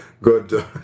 good